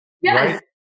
Yes